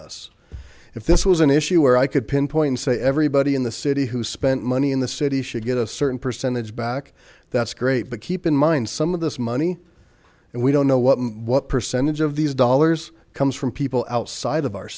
us if this was an issue where i could pinpoint say everybody in the city who spent money in the city should get a certain percentage back that's great but keep in mind some of this money and we don't know what what percentage of these dollars comes from people outside of our